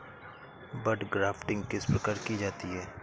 बड grafting किस प्रकार की जाती है?